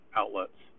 outlets